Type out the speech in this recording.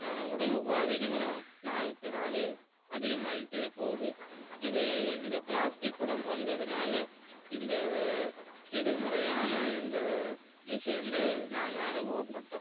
உடல் உபாதைகளும் நாளுக்கு நாள் அதிகமாயிகிட்டே போகுது இது இந்த பிளாஸ்டிக் குடம் வந்ததுனால் இந்த எதிர்மறையான இந்த விஷயங்கள் நாங்க அனுபவப்பட்டோம்